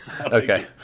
Okay